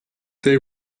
they